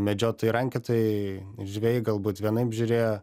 medžiotojai rankiotojai žvejai galbūt vienaip žiūrėjo